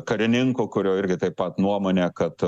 karininku kurio irgi taip pat nuomone kad